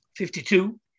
52